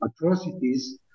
atrocities